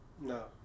No